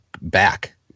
back